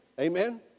Amen